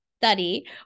study